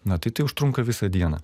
na tai tai užtrunka visą dieną